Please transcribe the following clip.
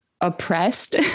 oppressed